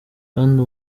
kandi